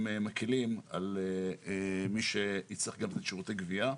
מקלים מול מי שיצטרך לתת גם שירותי גבייה.